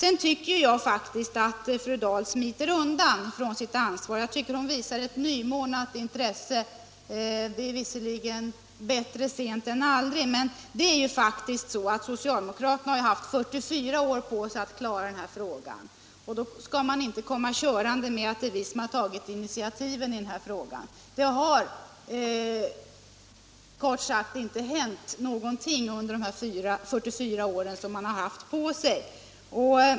Jag tycker att fru Dahl smiter undan sitt ansvar, när hon nu visar ett nymornat intresse. Det är visserligen bättre sent än aldrig, men so cialdemokraterna har faktiskt haft 44 år på sig att klara den här frågan, Nr 76 och då skall man inte komma körande med att man har tagit initiativen Tisdagen den i sammanhanget. 1 mars 1977 Kort sagt har det inte hänt någonting under de 44 åren som man LL har haft på sig.